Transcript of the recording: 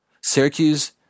Syracuse